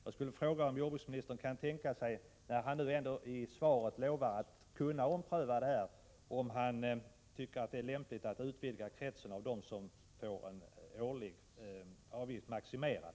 Jag skulle vilja fråga om jordbruksministern — när han ändå i sitt svar lovar att ompröva det här — tycker att det är lämpligt att utvidga kretsen av dem som får en årlig avgift maximerad?